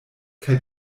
kaj